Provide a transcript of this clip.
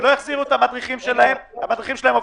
וששת החודשים שלהם הסתיימו,